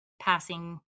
passing